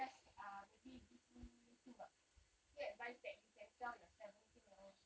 just uh maybe give me two lah two advice that you can tell your seventeen year old